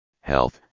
health